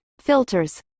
filters